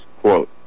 Quote